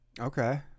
Okay